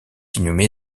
inhumé